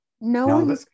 No